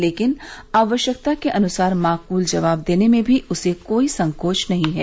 लेकिन आवश्यकता के अनुसार माकूल जवाब देने में भी उसे कोई संकोच नहीं है